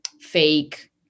fake